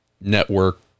network